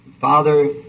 Father